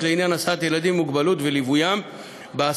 לעניין הסעת ילדים עם מוגבלות וליווים בהסעה,